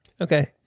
Okay